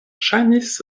ŝajnis